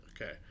Okay